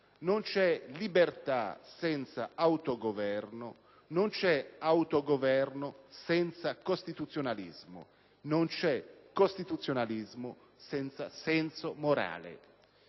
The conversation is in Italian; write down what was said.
non c'è libertà senza autogoverno, non c'è autogoverno senza costituzionalismo, non c'è costituzionalismo senza senso morale».